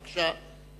בבקשה,